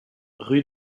rue